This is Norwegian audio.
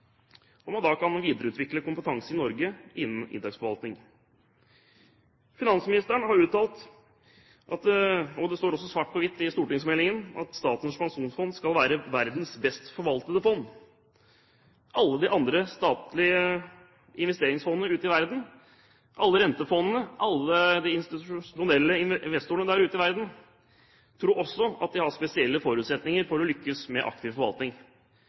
og man kan videreutvikle kompetanse i Norge innen indeksforvaltning. Finansministeren har uttalt, og det står også svart på hvitt i stortingsmeldingen, at Statens pensjonsfond skal være verdens best forvaltede fond. Alle de andre statlige investeringsfondene ute i verden, alle rentefondene, alle de institusjonelle investorene der ute i verden, tror også at de har spesielle forutsetninger for å lykkes med aktiv forvaltning.